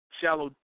shallow